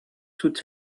told